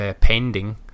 pending